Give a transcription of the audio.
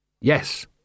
Yes